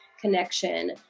connection